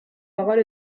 parole